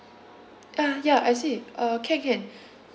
ah ya I see uh can can